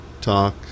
talk